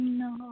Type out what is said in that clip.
no